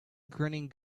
grinning